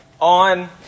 on